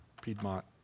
Piedmont